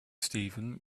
steven